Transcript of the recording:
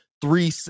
three